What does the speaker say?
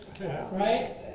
right